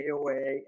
AOA